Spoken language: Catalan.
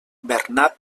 bernat